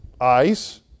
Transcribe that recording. ice